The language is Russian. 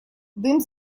дым